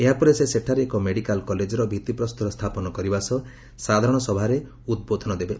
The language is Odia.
ଏହା ପରେ ସେ ସେଠାରେ ଏକ ମେଡ଼ିକାଲ କଲେଜର ଭିଉିପ୍ରସ୍ତର ସ୍ଥାପନ କରିବା ସହ ସାଧାରଣ ସଭାରେ ଉଦ୍ବୋଧନ ଦେବେ